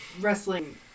wrestling